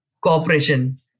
cooperation